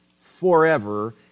forever